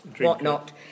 whatnot